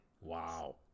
Wow